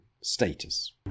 status